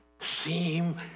seem